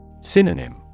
Synonym